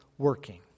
working